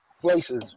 places